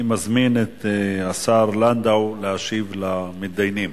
אני מזמין את השר לנדאו להשיב למתדיינים.